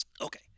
Okay